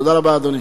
תודה רבה, אדוני.